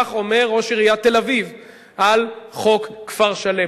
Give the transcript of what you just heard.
כך אומר ראש עיריית תל-אביב על חוק כפר-שלם.